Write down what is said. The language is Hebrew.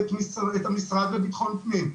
ואת המשרד לביטחון פנים,